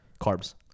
carbs